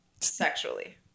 sexually